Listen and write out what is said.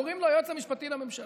וקוראים לו "היועץ המשפטי לממשלה".